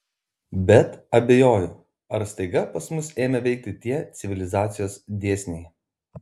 bet abejoju ar staiga pas mus ėmė veikti tie civilizacijos dėsniai